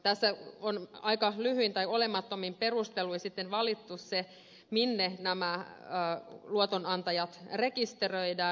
tässä on aika lyhyin tai olemattomin perusteluin sitten valittu se minne nämä luotonantajat rekisteröidään